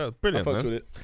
brilliant